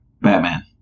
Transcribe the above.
batman